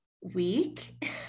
week